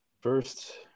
first